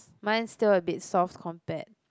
mine's still a bit soft compared